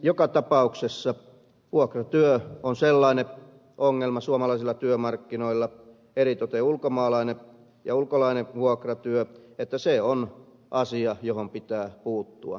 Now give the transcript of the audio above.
joka tapauksessa vuokratyö on sellainen ongelma suomalaisilla työmarkkinoilla eritoten ulkomaalainen vuokratyö että se on asia johon pitää puuttua